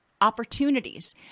opportunities